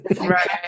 Right